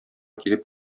килеп